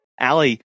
Ali